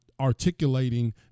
articulating